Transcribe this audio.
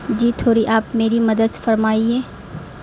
جی تھوڑی آپ میری مدد فرمائیے